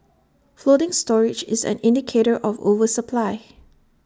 floating storage is an indicator of oversupply